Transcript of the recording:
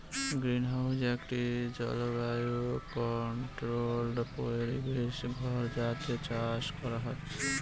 greenhouse একটি জলবায়ু controlled পরিবেশ ঘর যাতে চাষ করা হয়